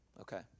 Okay